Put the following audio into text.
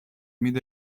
مید